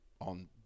on